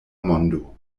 mondo